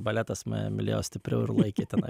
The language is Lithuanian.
baletas mane mylėjo stipriau ir laikė tenai